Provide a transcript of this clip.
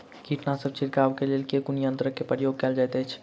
कीटनासक छिड़काव करे केँ लेल कुन यंत्र केँ प्रयोग कैल जाइत अछि?